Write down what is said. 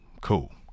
cool